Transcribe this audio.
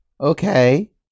Okay